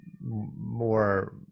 more